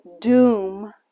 doom